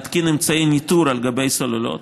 להתקין אמצעי ניטור על גבי סוללות,